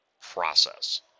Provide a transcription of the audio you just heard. process